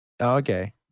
Okay